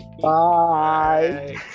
Bye